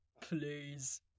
Please